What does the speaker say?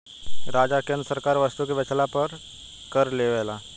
राज्य आ केंद्र सरकार वस्तु के बेचला पर कर लेवेला